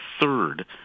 third